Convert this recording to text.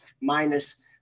minus